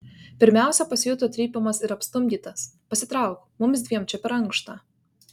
pirmiausia pasijuto trypiamas ir apstumdytas pasitrauk mums dviem čia per ankšta